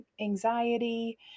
anxiety